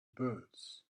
birds